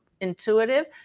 intuitive